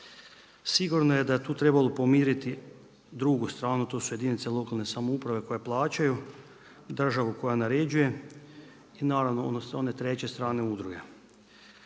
Sigurno je da je tu trebalo pomiriti drugu stranu, tu su jedinice lokalne samouprave koje plaćaju državu koja naređuje i naravno one treće strane udruge.